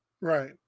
Right